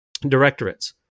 directorates